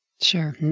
Sure